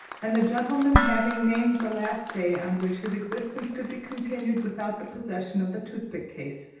and the gentleman having named the last day on which his existence could be continued without the possession of the toothpick-case,